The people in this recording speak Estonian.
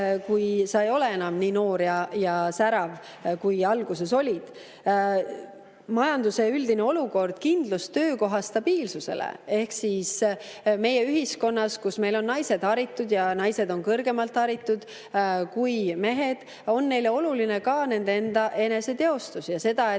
kui ta ei ole enam nii noor ja särav kui alguses. Majanduse üldine olukord, kindlus töökoha stabiilsusele. Meie ühiskonnas, kus meil on naised haritud ja naised on kõrgemalt haritud kui mehed, on neile oluline ka nende enda eneseteostus ja see, et